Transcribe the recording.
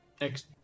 next